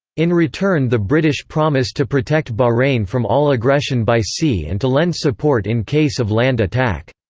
in return the british promised to protect bahrain from all aggression by sea and to lend support in case of land attack.